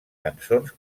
cançons